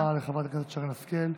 תודה רבה לחברת הכנסת שרן השכל.